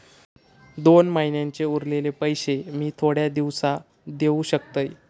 दोन महिन्यांचे उरलेले पैशे मी थोड्या दिवसा देव शकतय?